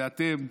ואתם,